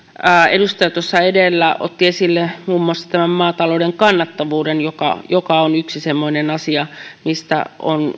edustaja tuossa edellä otti esille muun muassa tämän maatalouden kannattavuuden joka joka on yksi semmoinen asia mistä on